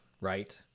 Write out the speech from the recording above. right